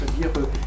c'est-à-dire